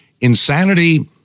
Insanity